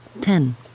Ten